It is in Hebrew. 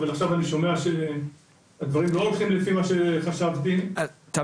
אבל עכשיו אני שומע שהדברים לא הולכים לפי מה שחשבתי --- תמיר,